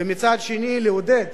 ומצד שני לעודד